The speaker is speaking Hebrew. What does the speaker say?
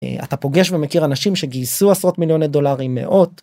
אתה פוגש ומכיר אנשים שגייסו עשרות מיליוני דולרים מאות.